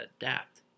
adapt